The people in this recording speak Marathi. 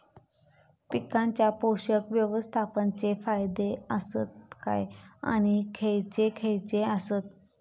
पीकांच्या पोषक व्यवस्थापन चे फायदे आसत काय आणि खैयचे खैयचे आसत?